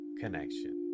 connection